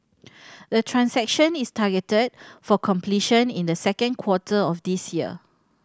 the transaction is targeted for completion in the second quarter of this year